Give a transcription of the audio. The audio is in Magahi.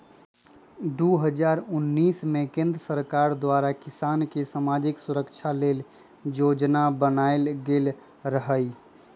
दू हज़ार उनइस में केंद्र सरकार द्वारा किसान के समाजिक सुरक्षा लेल जोजना बनाएल गेल रहई